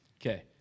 Okay